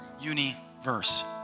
universe